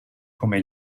come